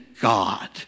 God